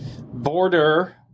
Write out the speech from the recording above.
border